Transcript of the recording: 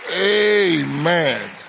Amen